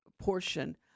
portion